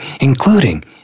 including